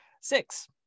six